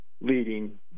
leading